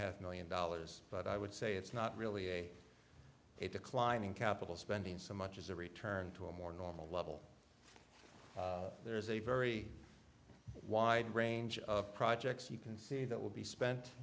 half million dollars but i would say it's not really a decline in capital spending so much as a return to a more normal level there is a very wide range of projects you can see that will be spent